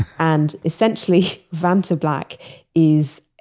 and essentially, vantablack is,